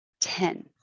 ten